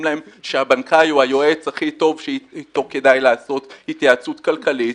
להם שהבנקאי זה היועץ הכי טוב שאתו כדאי לעשות התייעצות כלכלית,